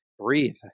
breathe